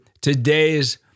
today's